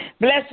Bless